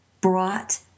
brought